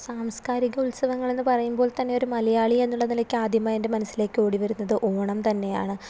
സാംസ്കാരിക ഉത്സവങ്ങളെന്ന് പറയുമ്പോൾ തന്നെ ഒരു മലയാളി എന്നുള്ള നിലക്ക് ആദ്യമായി എൻ്റെ മനസ്സിലേക്ക് ഓടി വരുന്നത് ഓണം തന്നെയാണ്